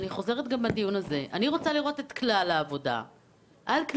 אני רוצה לראות את כלל העבודה ואת כל